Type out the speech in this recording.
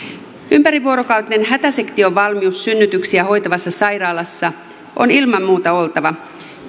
ympärivuorokautinen hätäsektiovalmius synnytyksiä hoitavassa sairaalassa on ilman muuta oltava